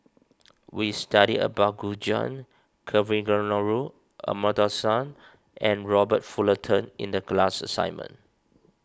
we studied about Gu Juan Kavignareru Amallathasan and Robert Fullerton in the class assignment